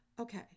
okay